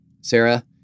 Sarah